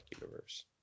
universe